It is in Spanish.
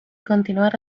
continuar